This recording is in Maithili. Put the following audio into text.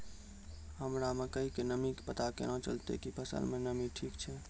हमरा मकई के नमी के पता केना चलतै कि फसल मे नमी ठीक छै?